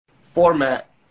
format